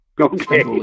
Okay